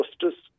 justice